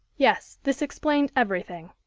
yes, this explained everything.